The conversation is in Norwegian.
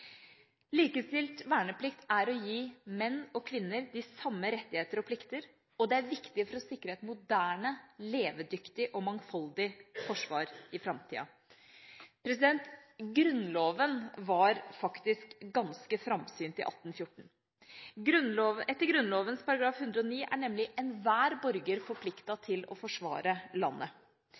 likestilt verneplikt. Likestilt verneplikt er å gi menn og kvinner de samme rettigheter og plikter, og det er viktig for å sikre et moderne, levedyktig og mangfoldig forsvar i framtida. Grunnloven var faktisk ganske framsynt i 1814. Etter Grunnloven § 109 er nemlig enhver borger forpliktet til å forsvare landet.